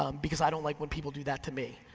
um because i don't like when people do that to me.